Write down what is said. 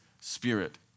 spirit